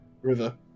River